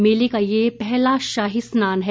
मेले का ये पहला शाही स्नान है